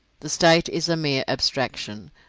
the state is a mere abstraction,